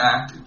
Act